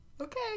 Okay